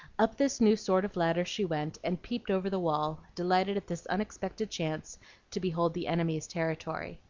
up this new sort of ladder she went, and peeped over the wall, delighted at this unexpected chance to behold the enemy's territory.